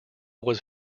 was